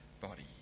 body